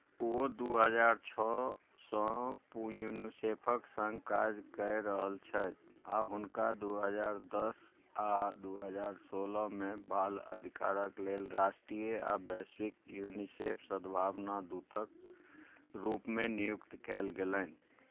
ओ दू हजार छओसँ यूनिसेफक सङ्ग काज कऽ रहल छथि आ हुनका दू हजार दस आ दू हजार सोलहमे बाल अधिकारक लेल राष्ट्रीय आ वैश्विक यूनिसेफ सद्भावना दूतक रूपमे नियुक्त कयल गेलनि